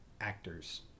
actors